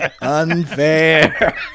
Unfair